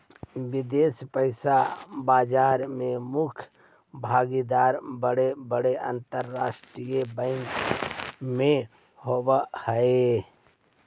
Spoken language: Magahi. विदेश पइसा बाजार में मुख्य भागीदार बड़े बड़े अंतरराष्ट्रीय बैंक होवऽ हई